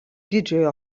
didžiojo